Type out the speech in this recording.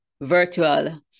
virtual